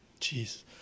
Jeez